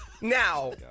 Now